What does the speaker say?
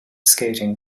skating